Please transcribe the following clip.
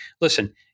Listen